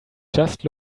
just